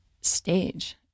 stage